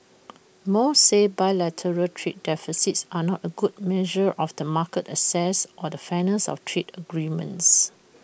most say bilateral trade deficits are not A good measure of the market access or the fairness of trade agreements